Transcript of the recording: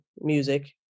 music